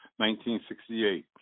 1968